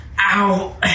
Ow